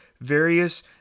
various